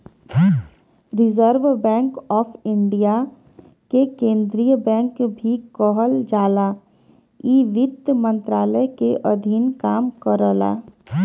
reserve Bank of India के केंद्रीय bank भी कहल जाला इ वित्त मंत्रालय के अधीन काम करला